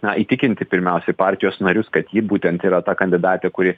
na įtikinti pirmiausiai partijos narius kad ji būtent yra ta kandidatė kuri